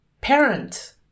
parent